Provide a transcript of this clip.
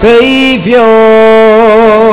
Savior